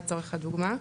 לצורך הדוגמה,